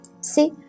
See